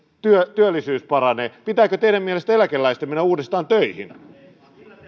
työllisyys paranee pitääkö teidän mielestänne eläkeläisten mennä uudestaan töihin